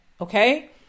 Okay